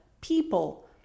people